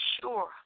sure